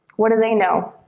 what do they know